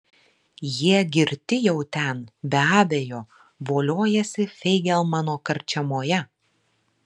jie girti jau ten be abejo voliojasi feigelmano karčiamoje